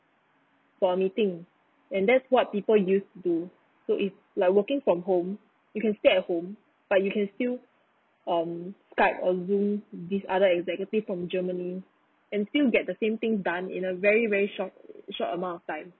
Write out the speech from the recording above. for meeting and that's what people used to do so if like working from home you can stay at home but you can still on skype or zoom these other executives from germany and still get the same thing done in a very very short err short amount of time